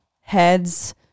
heads